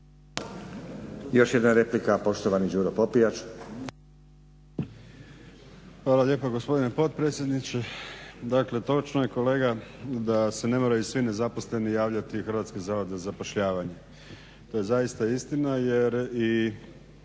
Još jedna replika, poštovani Đuro Popijač. **Popijač, Đuro (HDZ)** Hvala lijepa gospodine potpredsjedniče. Dakle, točno je kolega da se ne moraju svi nezaposleni javljati u Hrvatski zavod za zapošljavanje. To je zaista istina, jer i,